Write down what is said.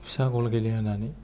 फिसा गल गेलेहोनानै